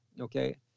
Okay